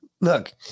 Look